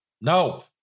No